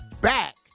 back